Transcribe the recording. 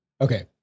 Okay